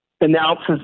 announces